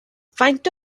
faint